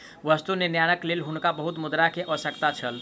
वस्तु निर्माणक लेल हुनका बहुत मुद्रा के आवश्यकता छल